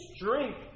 drink